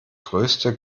größte